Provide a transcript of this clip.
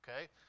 okay